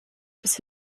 bis